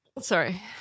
Sorry